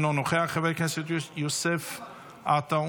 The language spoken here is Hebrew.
אינו נוכח, חבר הכנסת יוסף עטאונה,